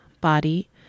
body